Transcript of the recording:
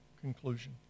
conclusion